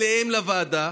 אליהם לוועדה,